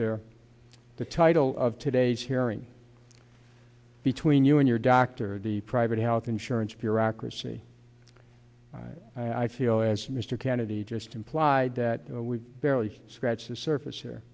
there the title of today's hearing between you and your doctor the private health insurance your accuracy i feel as mr kennedy just implied that we've barely scratched the surface here